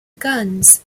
guns